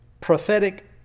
prophetic